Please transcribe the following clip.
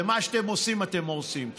ומה שאתם עושים אתם הורסים.